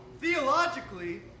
Theologically